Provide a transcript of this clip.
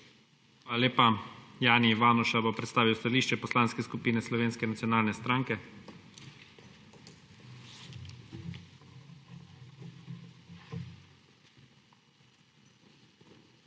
Hvala lepa. Jani Ivanuša bo predstavil stališče Poslanske skupine Slovenske nacionalne stranke. **JANI